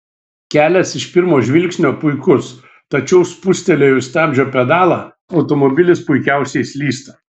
kelias iš pirmo žvilgsnio puikus tačiau spustelėjus stabdžio pedalą automobilis puikiausiai slysta